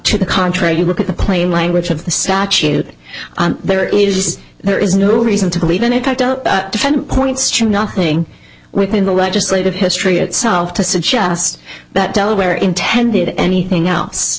to the contrary you look at the plain language of the statute there is there is no reason to believe in it i don't defend points to nothing within the legislative history itself to suggest that delaware intended anything else